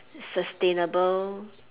sustainable